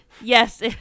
Yes